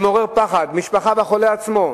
זה מעורר פחד של המשפחה ושל החולה עצמו.